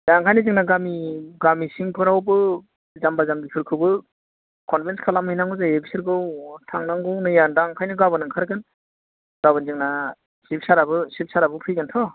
दा ओंखायनो जोंना गामि गामि सिंफोरावबो जामबा जामबि फोरखौबो कन्भेन्स खालाम हैनांगौ जायो फिसोरखौ थांनांगौ नै आं दा गाबोन ओंखारगोन गाबोन जोंना सिफ साराबो फैगोनथ'